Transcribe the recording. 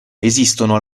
esistono